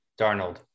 Darnold